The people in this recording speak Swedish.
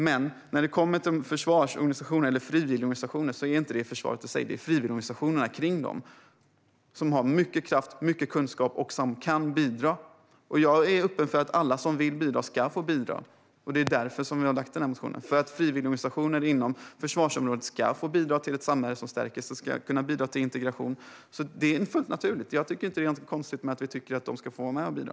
Men när det kommer till försvaret och frivilligorganisationerna är det inte försvaret i sig utan frivilligorganisationerna kring dem som har mycket kraft och kunskap och som kan bidra. Jag är öppen för att alla som vill bidra ska få bidra, och vi har väckt den här motionen för att frivilligorganisationer inom försvarsområdet ska få bidra till ett samhälle som stärker och bidrar till integration. Det är fullt naturligt. Det är inget konstigt med att vi tycker att de ska få vara med och bidra.